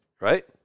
right